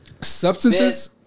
substances